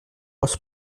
aus